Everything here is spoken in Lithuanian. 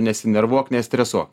nesinervuok nestresuok